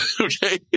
Okay